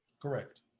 Correct